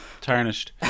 Tarnished